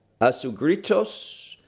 Asugritos